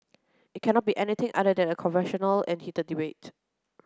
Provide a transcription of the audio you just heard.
it cannot be anything other than a controversial and heated debate